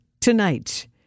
tonight